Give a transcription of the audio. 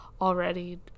already